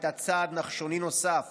הייתה צעד נחשוני נוסף